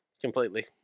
completely